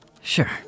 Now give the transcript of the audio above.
Sure